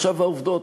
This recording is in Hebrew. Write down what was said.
עכשיו העובדות,